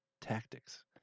tactics